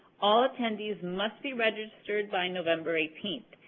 all attendees must be registered by november eighteenth.